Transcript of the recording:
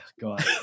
God